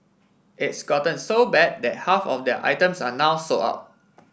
it's gotten so bad that half of their items are now sold out